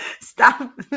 Stop